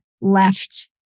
left